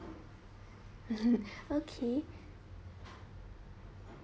okay